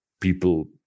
people